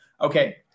okay